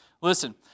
Listen